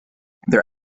their